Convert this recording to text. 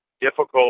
difficult